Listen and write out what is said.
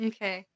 Okay